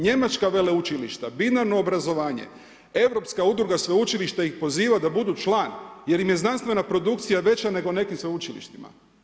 Njemačka veleučilišta binarno obrazovanje, Europska udruga sveučilišta ih poziva da budu član jer im je znanstvena produkcija veća nego u nekim sveučilištima.